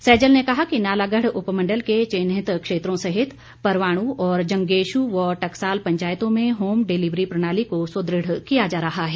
सैजल ने कहा कि नालागढ़ उपमंडल के चिन्हित क्षेत्रों सहित परवाणु और जंगेशु व टकसाल पंचायतों में होम डिलीवरी प्रणाली को सुदृढ़ किया जा रहा है